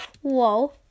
whoa